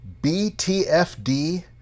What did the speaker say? BTFD